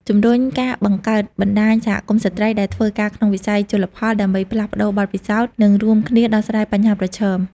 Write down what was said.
ជំរុញការបង្កើតបណ្ដាញសហគមន៍ស្ត្រីដែលធ្វើការក្នុងវិស័យជលផល ដើម្បីផ្លាស់ប្ដូរបទពិសោធន៍ និងរួមគ្នាដោះស្រាយបញ្ហាប្រឈម។